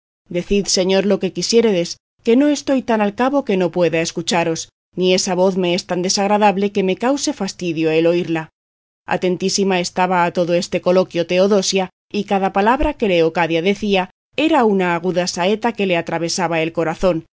decid señor lo que quisiéredes que no estoy tan al cabo que no pueda escucharos ni esa voz me es tan desagradable que me cause fastidio el oírla atentísima estaba a todo este coloquio teodosia y cada palabra que leocadia decía era una aguda saeta que le atravesaba el corazón